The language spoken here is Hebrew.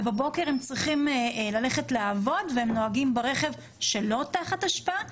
ובבוקר הם צריכים ללכת לעבוד והם נוהגים ברכב שלא תחת השפעה,